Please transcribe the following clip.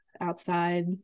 outside